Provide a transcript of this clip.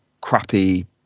crappy